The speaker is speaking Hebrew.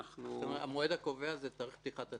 המועד הקובע זה תאריך פתיחת התיק.